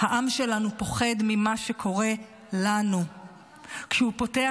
העם שלנו פוחד ממה שקורה לנו כשהוא פותח